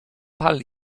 pal